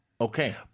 Okay